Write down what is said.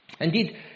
Indeed